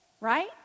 right